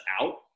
out